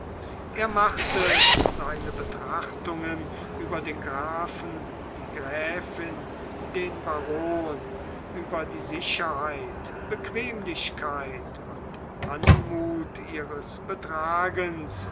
er machte seine betrachtungen über den grafen die gräfin den baron über die sicherheit bequemlichkeit und anmut ihres betragens